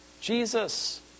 Jesus